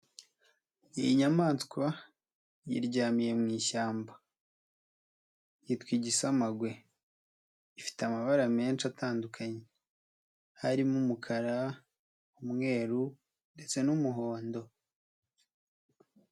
Iyi nyamaswa yiryamiye mu ishyamba. Yitwa igisamagwe. Ifite amabara menshi atandukanye. Harimo umukara, umweru ndetse n'umuhondo.